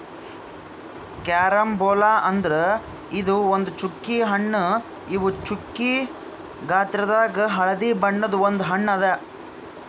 carambola ಅಂದುರ್ ಇದು ಒಂದ್ ಚ್ಚುಕಿ ಹಣ್ಣು ಇವು ಚ್ಚುಕಿ ಗಾತ್ರದಾಗ್ ಹಳದಿ ಬಣ್ಣದ ಒಂದ್ ಹಣ್ಣು ಅದಾ